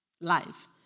life